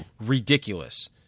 ridiculous